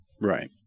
Right